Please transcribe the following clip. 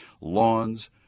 lawns